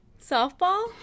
Softball